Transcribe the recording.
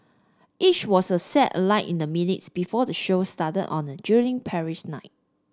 each was the set alight in the minutes before the show started on a drily Paris night